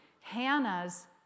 Hannah's